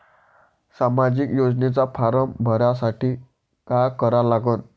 सामाजिक योजनेचा फारम भरासाठी का करा लागन?